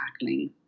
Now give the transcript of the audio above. tackling